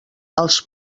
els